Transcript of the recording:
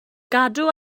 gadw